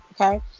Okay